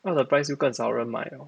up the price 就更少人买了